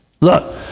Look